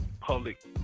public